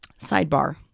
Sidebar